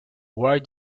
wild